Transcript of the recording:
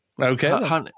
Okay